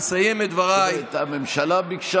אני אסיים את דבריי --- היו"ר יריב לוין: הממשלה ביקשה,